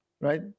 right